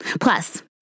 Plus